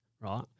right